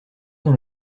dans